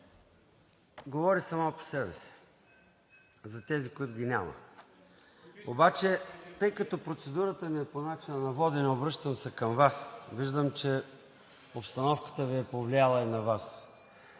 говори само по себе си за тези, които ги няма. Обаче, тъй като процедурата ми е по начина на водене, обръщам се към Вас. Виждам, че обстановката Ви е повлияла и на Вас